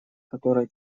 которая